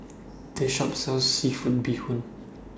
This Shop sells Seafood Bee Hoon